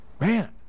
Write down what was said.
man